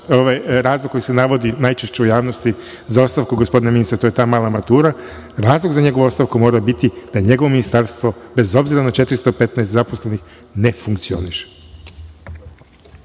razlog koji se navodi najčešće u javnosti za ostavku gospodina ministra. To je ta mala matura. Razlog za njegovu ostavku mora biti da njegovo ministarstvo, bez obzira na 415 zaposlenih ne funkcioniše.